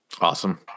Awesome